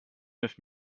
neuf